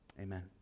Amen